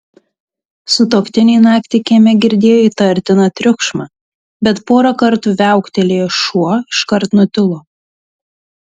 sutuoktiniai naktį kieme girdėjo įtartiną triukšmą bet porą kartų viauktelėjęs šuo iškart nutilo